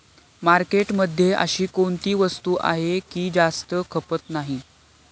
मार्केटमध्ये अशी कोणती वस्तू आहे की जास्त खपत नाही?